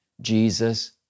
Jesus